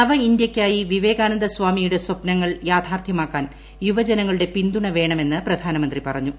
നവ ഇന്ത്യയ്ക്കായി വിവേകാനന്ദ സ്വാമിയുടെ സ്വപ്നങ്ങൾ യാഥാർത്ഥ്യമാക്കാൻ യുവജനങ്ങളുടെ പിന്തുണ വേണമെന്ന് പ്രധാനമന്ത്രി പറഞ്ഞു